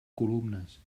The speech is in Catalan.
columnes